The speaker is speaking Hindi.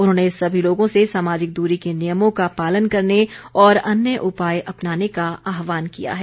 उन्होंने सभी लोगों से सामाजिक दूरी के नियमों का पालन करने और अन्य उपाय अपनाने का आहवान किया है